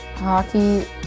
Hockey